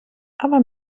aber